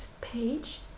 page